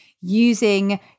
using